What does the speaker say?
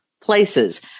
Places